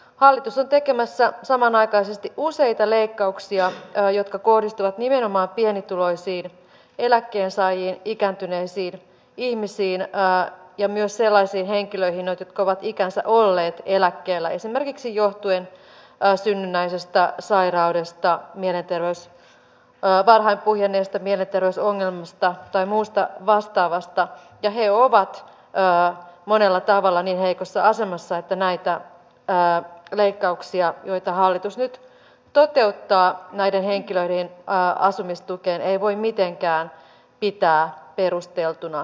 hallitus on tekemässä samanaikaisesti useita leikkauksia jotka kohdistuvat nimenomaan pienituloisiin eläkkeensaajiin ikääntyneisiin ihmisiin ja myös sellaisiin henkilöihin jotka ovat ikänsä olleet eläkkeellä johtuen esimerkiksi synnynnäisestä sairaudesta varhain puhjenneesta mielenterveysongelmasta tai muusta vastaavasta ja he ovat monella tavalla niin heikossa asemassa että näitä leikkauksia joita hallitus nyt toteuttaa näiden henkilöiden asumistukeen ei voi mitenkään pitää perusteltuna